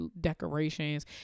decorations